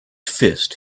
fist